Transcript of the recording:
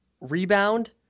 rebound